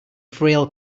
frail